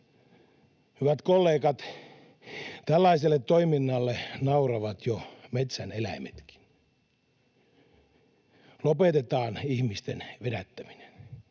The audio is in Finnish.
Hyvät kollegat, tällaiselle toiminnalle nauravat jo metsäneläimetkin. Lopetetaan ihmisten vedättäminen.